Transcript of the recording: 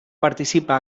participa